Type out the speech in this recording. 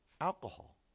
alcohol